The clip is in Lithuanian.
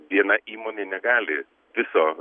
viena įmonė negali viso